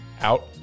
out